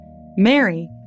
Mary